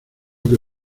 que